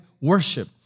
worship